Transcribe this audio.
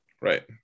right